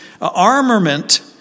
armament